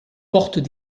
portent